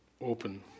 open